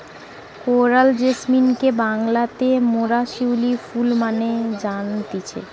coral জেসমিনকে বাংলাতে মোরা শিউলি ফুল মানে জানতেছি